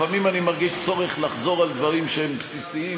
לפעמים אני מרגיש צורך לחזור על דברים שהם בסיסיים,